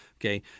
Okay